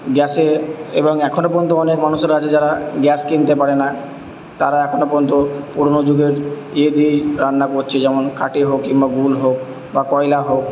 গ্যাসে এবং এখনো পর্যন্ত অনেক মানুষেরা আছে যারা গ্যাস কিনতে পারে না তারা এখনো পর্যন্ত পুরোনো যুগের ইয়ে দিয়েই রান্না করছে যেমন কাঠে হোক কিংবা গুল হোক বা কয়লা হোক